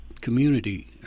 community